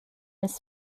his